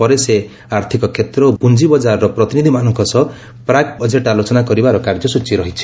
ପରେ ସେ ଆର୍ଥିକ କ୍ଷେତ୍ର ଓ ପୁଞ୍ଜି ବଜାରର ପ୍ରତିନିଧିମାନଙ୍କ ସହ ପ୍ରାକ୍ ବଜେଟ୍ ଆଲୋଚନାର କରିବାର କାର୍ଯ୍ୟସଚୀ ରହିଛି